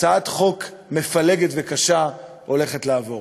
הצעת חוק מפלגת וקשה הולכת לעבור.